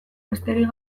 besterik